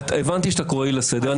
הבנתי שאתה קורא אותי לסדר,